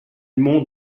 monde